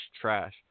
trash